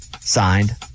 Signed